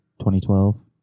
2012